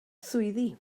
swyddi